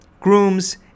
grooms